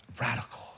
radical